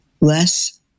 less